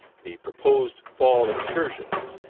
the proposed fall excursions,